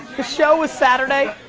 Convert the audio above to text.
the show is saturday,